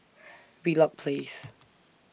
Wheelock Place